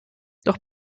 doch